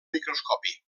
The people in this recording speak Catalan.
microscopi